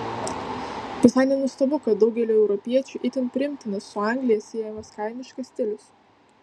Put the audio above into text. visai nenuostabu kad daugeliui europiečių itin priimtinas su anglija siejamas kaimiškas stilius